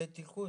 בטיחות.